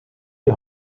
die